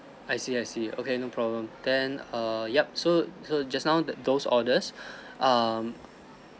I see I see okay no problem then err yup so so just now th~ those orders um